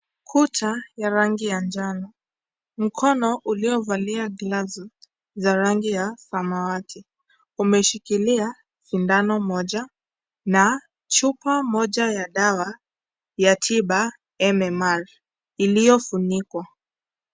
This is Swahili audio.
kuta ya rangi ya njano. Mkono uliovalia glavu za rangi ya samawati umeshikilia sindano moja na chupa moja ya dawa ya tiba MMR iliyofunikwa.